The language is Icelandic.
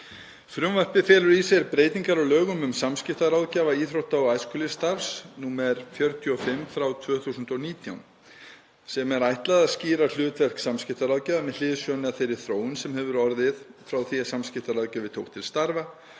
Frumvarpið felur í sér breytingar á lögum um samskiptaráðgjafa íþrótta- og æskulýðsstarfs, nr. 45/2019, sem er ætlað að skýra hlutverk samskiptaráðgjafa með hliðsjón af þeirri þróun sem hefur orðið frá því að samskiptaráðgjafi tók til starfa